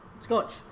scotch